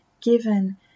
given